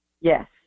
Yes